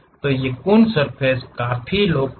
ये कून्स सर्फ़ेस काफी लोकप्रिय हैं